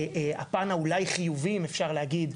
הפן שהוא אולי חיובי אם אפשר לומר,